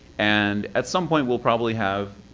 and at some point, we'll probably have